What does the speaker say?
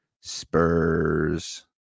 Spurs